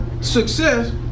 success